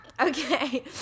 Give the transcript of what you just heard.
okay